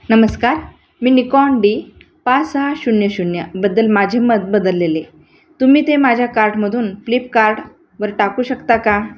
नमस्कार मी Nikon D पाच सहा शून्य शून्यबद्दल माझे मत बदललेले तुम्ही ते माझ्या कार्टमधून फ्लिपकार्टवर टाकू शकता का